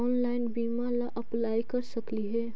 Online बीमा ला apply कर सकली हे?